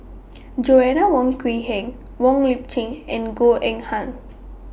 Joanna Wong Quee Heng Wong Lip Chin and Goh Eng Han